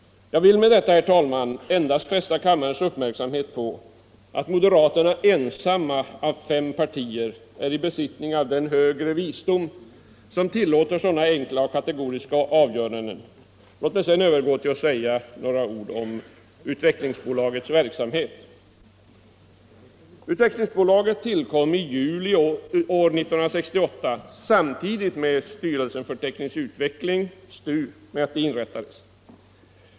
Jag vill med detta, herr talman, endast fästa kammarens uppmärksamhet på att moderata samlingspartiet av fem partier är i besittning av den högre visdom som tillåter sådana enkla och kategoriska avgöranden. Låt mig sedan övergå till att säga några ord om Utvecklingsbolagets verksamhet. Utvecklingsbolaget tillkom i juli 1968, samtidigt med att styrelsen för teknisk utveckling, STU, inrättades.